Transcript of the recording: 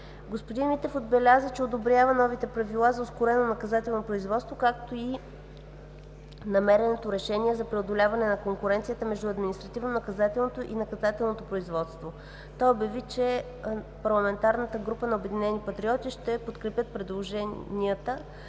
Господин Митев отбеляза, че одобрява новите правила за ускорено наказателно производство, както и намереното решение за преодоляване на конкуренцията между административно-наказателното и наказателното производство. Той заяви, че парламентарната група на „Обединени патриоти“